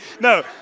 No